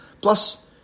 plus